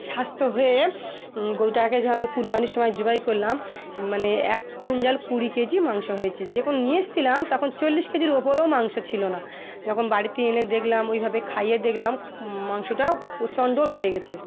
স্বাস্থ্য হয়ে গরুটাকে যেন কুরবানির সময় জবাই করলাম মানে এক কুইন্টাল কুড়ি কেজি মাংস হয়েছে যে কোনখন নিয়ে এসেছিলাম তখন চল্লিশ কেজির ওপরেও মাংস ছিল না যখন বাড়িতে এনে দেখলাম ওইভাবে খাইয়ে দেখলাম মাংসটা প্রচণ্ড বেড়ে গেছে